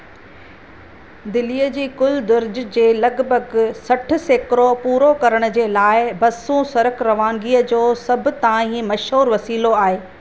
दिल्लीअ जी कुलु दुर्ज जे लॻिभॻि सठि सेकड़ो पूरो करण जे लाइ बसूं सड़क रवानगी जो सभ तां ई मशहूरु वसीलो आहे